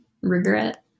regret